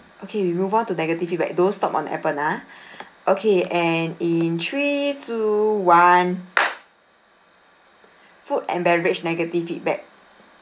okay we move on to negative feedback don't stop on appen ah okay and in three two one food and beverage negative feedback